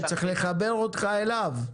כן, צריך לחבר אותך אליו.